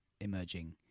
emerging